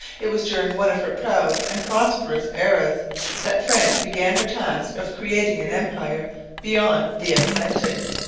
it was during one of her proud and prosperous eras that france began her task of creating an empire beyond the atlantic.